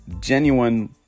Genuine